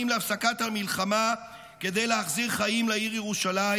להפסקת המלחמה כדי להחזיר חיים לעיר ירושלים